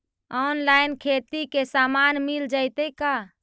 Online खेती के सामान मिल जैतै का?